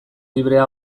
librea